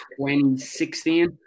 2016